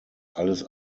alles